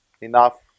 enough